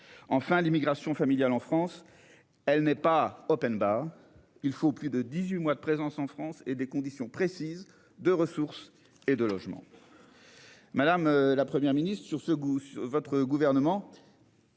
Enfin, l'immigration familiale en France. Elle n'est pas open bar, il faut plus de 18 mois de présence en France et des conditions précises de ressources et de logement. Madame, la Première ministre sur ce goût. Votre gouvernement.--